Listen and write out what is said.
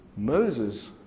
Moses